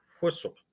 whistle